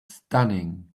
stunning